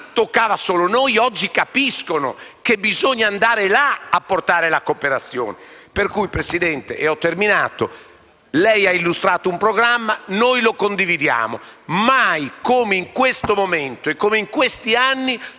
lei ha illustrato un programma e noi lo condividiamo. Mai come in questo momento e come in questi anni sulla politica estera c'è una condivisione del Parlamento. Buon lavoro, siamo con lei.